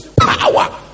Power